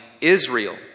Israel